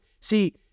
See